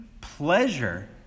pleasure